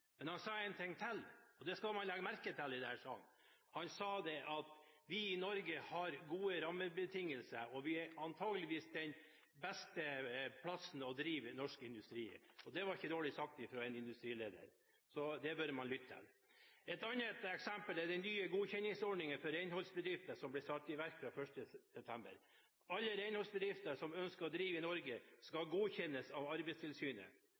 Men han sa en ting til, og det skal man legge merke til i denne salen. Han sa at vi i Norge har gode rammebetingelser, og at vi antakeligvis er den beste plassen å drive norsk industri på, og det var ikke dårlig sagt av en industrileder. Det bør man lytte til. Et annet eksempel er den nye godkjenningsordningen for renholdsbedrifter som ble satt i verk fra den 1. september. Alle renholdsbedrifter som ønsker å drive i Norge, skal godkjennes av Arbeidstilsynet.